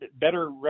better